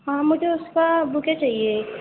ہاں مجھے اس کا بکے چاہیے ایک